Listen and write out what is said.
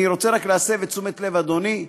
אני רוצה להסב את תשומת הלב של אדוני: